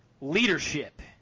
leadership